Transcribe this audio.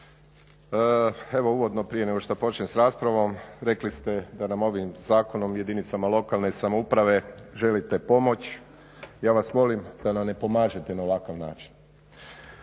Evo uvodno prije nego što počnem s raspravom rekli ste da nam ovim zakonom jedinicama lokalne samouprave želite pomoći. Ja vas molim da nam ne pomažete na ovakav način.